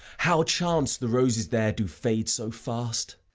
how chance the roses there do fade so fast?